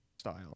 style